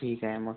ठीक आहे मग